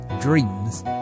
Dreams